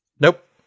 Nope